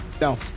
no